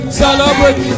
celebrate